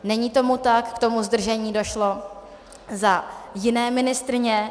Není tomu tak, k tomu zdržení došlo za jiné ministryně.